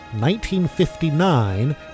1959